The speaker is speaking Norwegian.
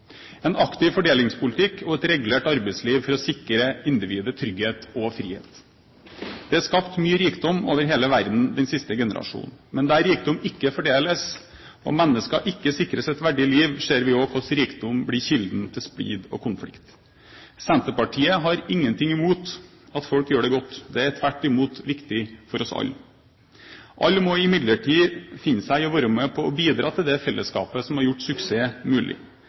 en aktiv fordelingspolitikk og et regulert arbeidsliv for å sikre individet trygghet og frihet. Det er skapt mye rikdom over hele verden den siste generasjonen. Men der rikdom ikke fordeles og mennesker ikke sikres et verdig liv, ser vi også hvordan rikdom blir kilden til splid og konflikt. Senterpartiet har ingenting imot at folk gjør det godt, det er tvert imot viktig for oss alle. Alle må imidlertid finne seg i å være med på å bidra til det fellesskapet som har gjort suksess mulig.